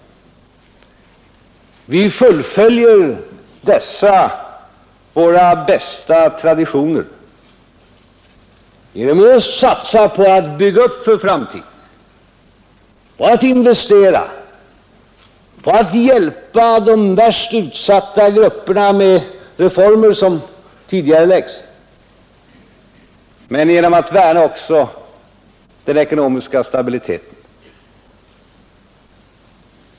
Vi fullföljer dessa våra bästa traditioner genom att satsa på att bygga upp för framtiden och att investera och att hjälpa de värst utsatta grupperna med reformer som tidigareläggs men också genom att värna om den ekonomiska stabiliteten.